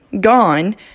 gone